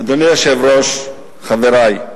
אדוני היושב-ראש, חברי,